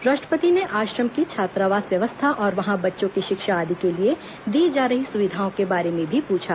राष्ट्रपति ने आश्रम की छात्रावास व्यवस्था और वहां बच्चों की शिक्षा आदि के लिए दी जा रही सुविधाओं के बारे में भी पूछा